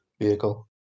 vehicle